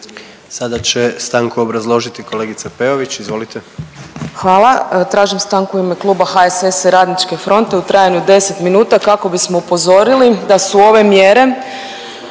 Sada će stanku obrazložiti kolegica Peović. Izvolite. **Peović, Katarina (RF)** Hvala. Tražim stanku u ime Kluba HSS-a i Radničke fronte u trajanju od 10 minuta kako bismo upozorili da su ove mjere